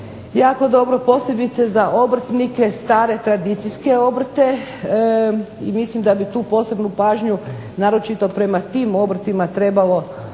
jako dobro posebice za obrtnike, stare tradicijske obrte i mislim da bi tu posebnu pažnju naročito prema tim obrtima trebalo